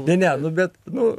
ne ne nu bet nu